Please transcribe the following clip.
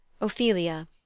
Ophelia